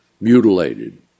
mutilated